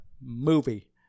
movie